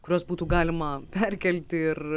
kuriuos būtų galima perkelti ir